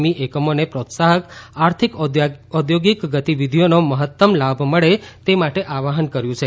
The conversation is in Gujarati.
ઈ એકમોને પ્રોત્સાહક આર્થિક ઔદ્યોગિક ગતિવિધિઓનો મહત્તમ લાભ મળે તે માટે આહવાન કર્યું છે